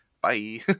bye